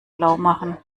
blaumachen